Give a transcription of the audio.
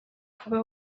kuba